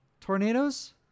Tornadoes